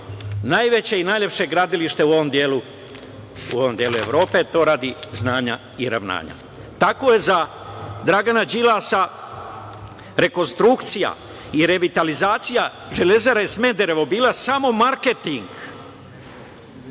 najveće i najlepše gradilište u ovom delu Evrope, to radi znanja i ravnanja. Tako je za Dragana Đilasa rekonstrukcija i revitalizacija „Železare Smederevo“ bila samo marketing